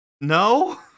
No